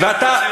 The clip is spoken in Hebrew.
אני רק מציע,